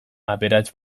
aberats